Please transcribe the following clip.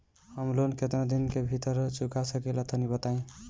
हम लोन केतना दिन के भीतर चुका सकिला तनि बताईं?